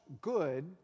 good